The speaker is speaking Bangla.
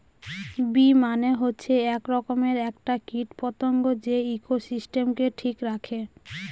বী মানে হচ্ছে এক রকমের একটা কীট পতঙ্গ যে ইকোসিস্টেমকে ঠিক রাখে